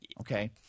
Okay